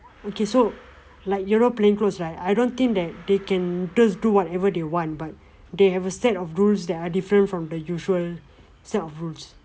okay so like you know plain clothes right I don't think that they can just do whatever they want but they have a set of rules that are different from the usual set of rules